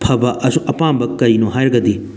ꯐꯕ ꯑꯄꯥꯝꯕ ꯀꯩꯅꯣ ꯍꯥꯏꯔꯒꯗꯤ